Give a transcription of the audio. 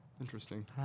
Interesting